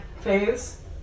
phase